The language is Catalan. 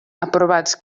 aprovats